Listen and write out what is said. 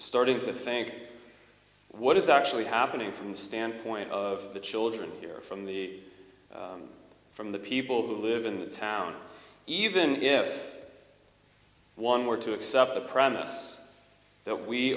starting to think what is actually happening from the standpoint of the children here from the from the people who live in that town even if one were to accept a promise that we